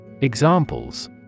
Examples